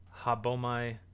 habomai